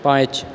पाँच